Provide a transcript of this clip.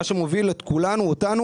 מה שמוביל אותנו,